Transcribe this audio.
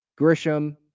Grisham